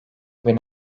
bin